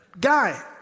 guy